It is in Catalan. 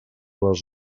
les